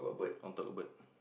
on top bird